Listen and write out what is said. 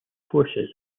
forces